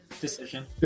decision